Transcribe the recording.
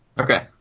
Okay